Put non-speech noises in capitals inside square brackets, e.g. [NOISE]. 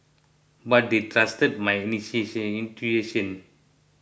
but they trusted my [UNINTELLIGIBLE] intuition